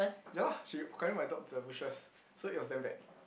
ya lah she carrying my dog to the bushes so it was damn bad